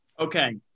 Okay